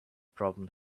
problem